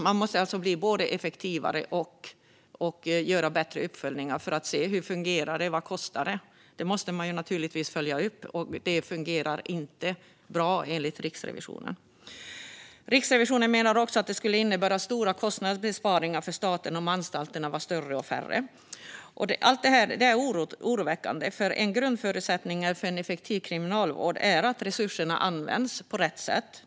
Man måste alltså både bli effektivare och göra bättre uppföljningar för att se hur det fungerar och vad det kostar. Detta fungerar inte bra, enligt Riksrevisionen. Riksrevisionen menar också att det skulle innebära stora kostnadsbesparingar för staten om anstalterna var större och färre. Allt detta är oroväckande. En grundförutsättning för en effektiv kriminalvård är att resurserna används på rätt sätt.